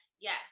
yes